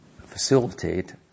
facilitate